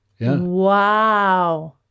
Wow